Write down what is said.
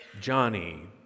Johnny